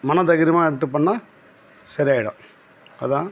மன தைரியமாக எடுத்து பண்ணால் சரியாகிடும் அதுதான்